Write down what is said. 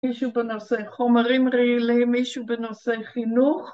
‫מישהו בנושא חומרים רעילים, ‫מישהו בנושא חינוך.